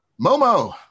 momo